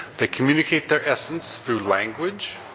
they communicate their essence through language,